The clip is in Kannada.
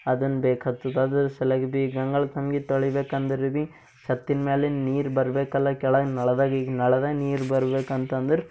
ಅದನ್ನ ಬೇಕ್ಹತ್ತದ ಅದರ ಸಲಾಗಿ ಭಿ ಗಂಗಳ ತಂಬ್ಗೆ ತೋಳಿಬೇಕಂದ್ರೆ ಭಿ ಛತ್ತಿನ ಮ್ಯಾಲಿನ ನೀರು ಬರಬೇಕಲ್ಲ ಕೆಳಗೆ ನಳದಾಗೀಗ ನಳದಾಗ ನೀರು ಬರ್ಬೇಕಂತಂದ್ರೆ